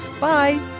Bye